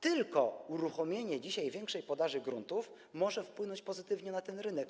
Tylko uruchomienie dzisiaj większej podaży gruntów może wpłynąć pozytywnie na ten rynek.